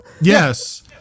Yes